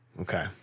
Okay